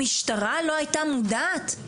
המשטרה לא היתה מודעת?